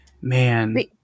man